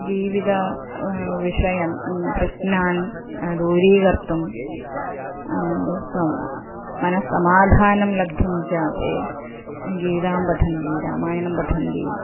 जीवित विषयं प्रश्नान् दूरीकर्तुं सं मनस्समाधानं लब्धुं च ते गीतां पठन्ति रामायणं पठन्ति